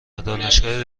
دانشگاه